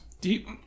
Deep